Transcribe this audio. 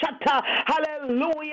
hallelujah